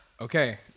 Okay